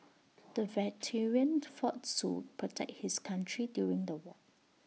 the veteran fought to protect his country during the war